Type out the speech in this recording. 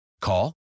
Call